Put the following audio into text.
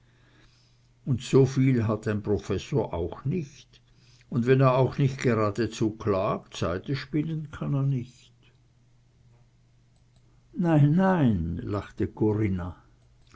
un soviel hat ein professor auch nich un wenn er auch nich geradezu klagt seide spinnen kann er nich nein nein lachte corinna